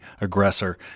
aggressor